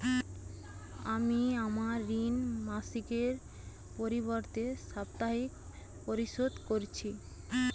আমি আমার ঋণ মাসিকের পরিবর্তে সাপ্তাহিক পরিশোধ করছি